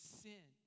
sin